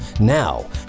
Now